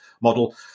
model